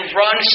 run